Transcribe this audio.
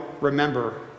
remember